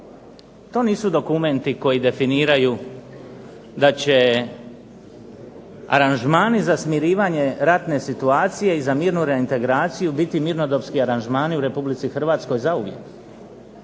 To nisu dokumenti koji definiraju da će aranžmani za smirivanje ratne situacije i za mirnu reintegraciju biti mirnodopski aranžmani u Republici Hrvatskoj zauvijek.